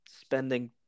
spending